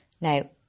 Now